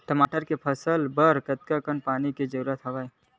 टमाटर के फसल बर कतेकन पानी के जरूरत हवय?